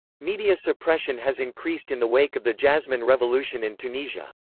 media suppression has increased in the wake of the jasmine revolution in tunisia.